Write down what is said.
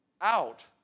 out